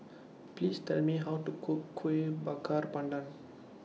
Please Tell Me How to Cook Kuih Bakar Pandan